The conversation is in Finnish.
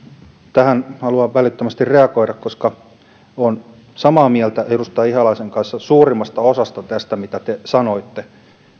tähän haluan välittömästi reagoida koska olen samaa mieltä edustaja ihalaisen kanssa suurimmasta osasta tästä mitä te sanoitte